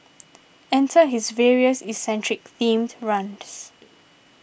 enter his various eccentric themed runs